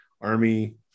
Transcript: army